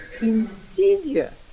insidious